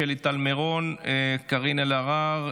אולי, יש חוק גרוע, כמו החוק הגרוע שהבאת.